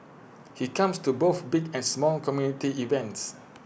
he comes to both big and small community events